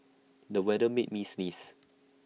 the weather made me sneeze